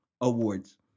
awards